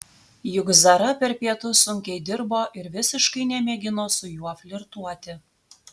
juk zara per pietus sunkiai dirbo ir visiškai nemėgino su juo flirtuoti